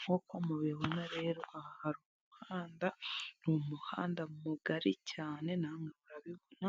Nk'uko mubibona rero, aha hari umuhanda. Ni umumuhanda mugari cyane namwe murabibona.